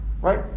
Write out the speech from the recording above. Right